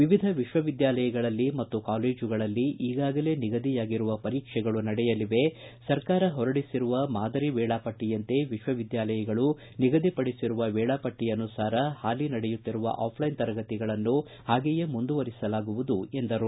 ವಿವಿಧ ವಿಶ್ವವಿದ್ಯಾಲಯಗಳಲ್ಲಿ ಮತ್ತು ಕಾಲೇಜುಗಳಲ್ಲಿ ಈಗಾಗಲೇ ನಿಗದಿಯಾಗಿರುವ ಪರೀಕ್ಷೆಗಳು ನಡೆಯಲಿವೆ ಸರ್ಕಾರ ಹೊರಡಿಸಿರುವ ಮಾದರಿ ವೇಳಾಪಟ್ಟಯಂತೆ ವಿಶ್ವವಿದ್ಯಾಲಯಗಳು ನಿಗದಿಪಡಿಸಿರುವ ವೇಳಾಪಟ್ಟಿ ಅನುಸಾರ ಹಾಲಿ ನಡೆಯುತ್ತಿರುವ ಆಫ್ಲೈನ್ ತರಗತಿಗಳನ್ನು ಹಾಗೆಯೇ ಮುಂದುವರಿಸಲಾಗುವುದು ಎಂದರು